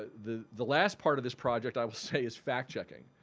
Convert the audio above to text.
the the last part of this project i will say is fact-checking.